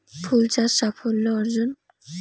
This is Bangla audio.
ফুল চাষ সাফল্য অর্জন?